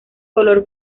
color